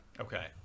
Okay